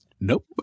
Nope